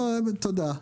תודה.